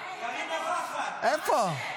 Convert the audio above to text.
איפה?